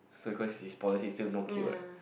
so it's cause his policy is still no kill right